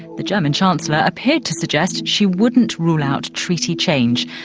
the german chancellor appeared to suggest she wouldn't rule out treaty change.